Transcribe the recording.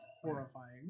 horrifying